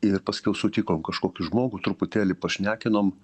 ir paskiau sutikom kažkokį žmogų truputėlį pašnekinom